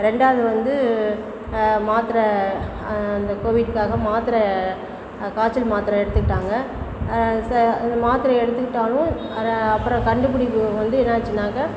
ரெண்டாவது வந்து மாத்திரை அந்த கோவிட்காக மாத்திரை காய்ச்சல் மாத்திரை எடுத்துகிட்டாங்க அந்த மாத்திரை எடுத்துக்கிட்டாலும் அதை அப்புறம் கண்டுபிடிக்கும் போது என்னாச்சின்னாக்கா